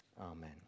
Amen